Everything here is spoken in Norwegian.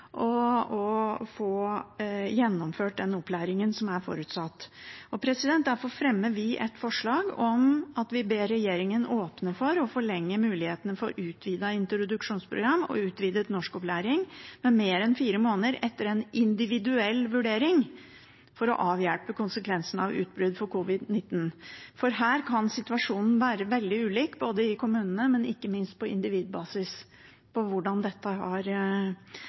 og få gjennomført den opplæringen som er forutsatt. Derfor fremmer vi et forslag om at vi ber regjeringen «åpne for å forlenge muligheten for utvidet introduksjonsprogram og utvidet norskopplæring mer enn fire måneder etter en individuell vurdering, for å avhjelpe konsekvenser av utbrudd av covid-19». Her kan situasjonen være veldig ulik både i kommunene og ikke minst på individbasis med tanke på hvordan dette har